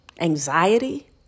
anxiety